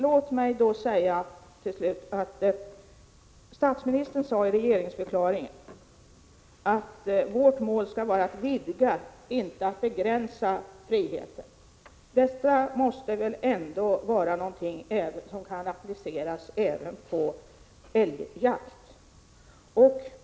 Låt mig då till slut påminna om att statsministern i regeringsförklaringen sade att vårt mål skall vara att vidga, inte att begränsa friheten. Detta måste väl ändå kunna appliceras även på älgjakt.